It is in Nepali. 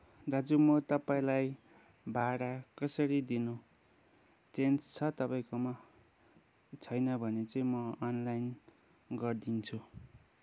दाजु म तपाईँलाई भाडा कसरी दिनु चेन्ज छ तपाईँकोमा छैन भने चाहिँ म अनलाइन गरिदिन्छु